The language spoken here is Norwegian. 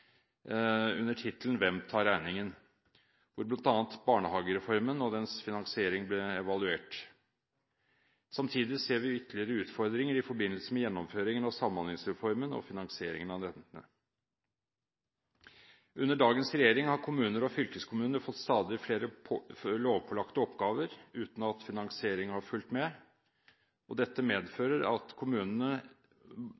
under tittelen «Hvem tar regningen?», hvor bl.a. barnehagereformen og dens finansiering ble evaluert. Samtidig ser vi ytterligere utfordringer i forbindelse med gjennomføringen av Samhandlingsreformen og finansieringen av denne. Under dagens regjering har kommunene og fylkeskommunene fått stadig flere lovpålagte oppgaver uten at finansiering har fulgt med. Dette